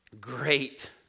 Great